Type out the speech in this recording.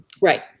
Right